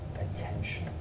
attention